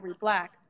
black